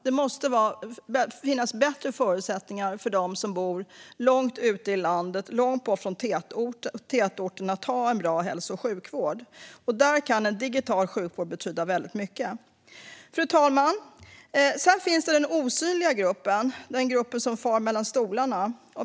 Det måste finnas bättre förutsättningar för dem som bor ute i landet, långt bort från tätorter, att ha en bra hälso och sjukvård. Där kan digital sjukvård betyda mycket. Fru talman! Sedan finns den osynliga gruppen, som faller mellan stolarna.